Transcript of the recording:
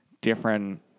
different